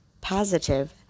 positive